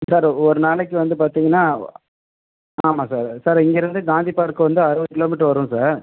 sir ஒரு நாளைக்கு வந்து பார்த்தீங்கன்னா ஓ ஆமாம் சார் சார் இங்கேயிருந்து காந்தி பார்க்கு வந்து அறுபது கிலோமீட்டர் வரும் சார்